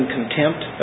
contempt